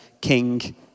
King